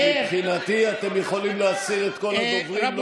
מבחינתי, אתם יכולים להסיר את כל הדוברים.